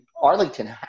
Arlington